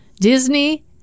disney